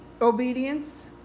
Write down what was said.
obedience